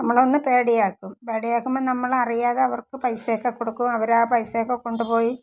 നമ്മളെ ഒന്ന് പേടിയാക്കും പേടിയാക്കുമ്പോൾ നമ്മളറിയാതെ അവർക്ക് പൈസ ഒക്കെ കൊടുക്കും അവരാ പൈസ ഒക്കെ കൊണ്ടുപോയി